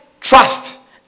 trust